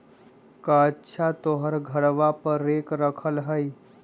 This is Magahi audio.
कअच्छा तोहर घरवा पर रेक रखल हई?